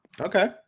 Okay